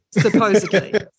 Supposedly